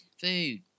Food